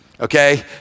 Okay